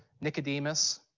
Nicodemus